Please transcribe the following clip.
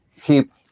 Keep